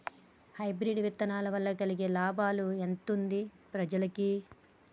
Hybrid విత్తనాల వలన కలిగే లాభం ఎంతుంది ప్రజలకి?